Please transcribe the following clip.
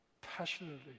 Passionately